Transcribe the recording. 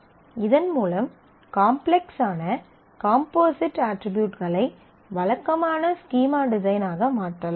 இதன் மூலம் காம்ப்ளக்ஸான காம்போசிட் அட்ரிபியூட்களை வழக்கமான ஸ்கீமா டிசைனாக மாற்றலாம்